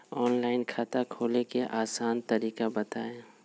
Online खाता खोले के आसान तरीका बताए?